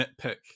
nitpick